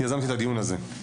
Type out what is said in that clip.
יזמתי את הדיון הזה,